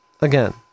again